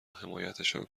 حمایتشان